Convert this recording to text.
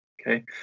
Okay